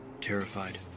terrified